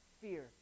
Fear